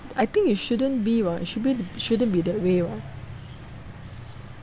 I think it shouldn't be [what] it should b~ shouldn't be that way [what]